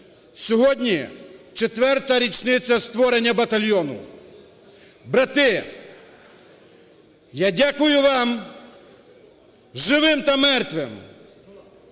Сьогодні четверта річниця створення батальйону. Брати, я дякую вам – живим та мертвим